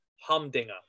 humdinger